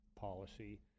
policy